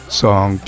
song